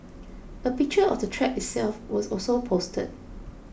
a picture of the trap itself was also posted